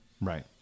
Right